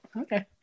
okay